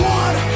one